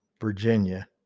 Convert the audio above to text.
Virginia